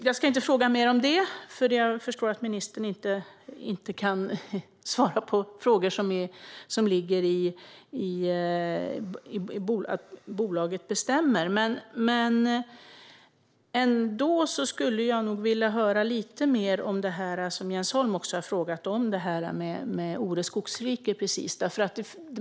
Jag ska inte fråga mer om det, för jag förstår att ministern inte kan svara på frågor som ligger i det som bolaget bestämmer över. Men jag skulle vilja höra lite mer om det som också Jens Holm har frågat om, det här med Ore skogsrike.